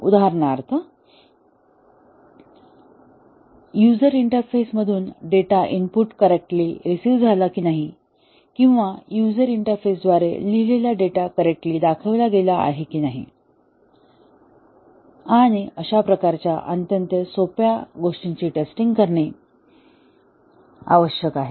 उदाहरणार्थ युजर इंटरफेसमधून data input correctly receive झाला आहे की नाही किंवा युजर इंटरफेसद्वारे लिहिलेला डेटा करेक्ट्ली दाखविला गेला आहे की नाही आणि अशा प्रकारच्या अत्यंत सोप्या गोष्टींची टेस्टिंग करणे आवश्यक आहे